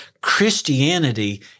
Christianity